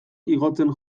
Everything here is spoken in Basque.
igotzen